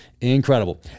Incredible